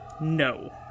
No